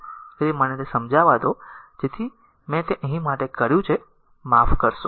તેથી મને તે સમજાવા દો જેથી મેં તે અહીં માટે કર્યું છે માફ કરશો